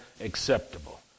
acceptable